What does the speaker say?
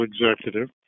executive